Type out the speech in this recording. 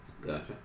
Gotcha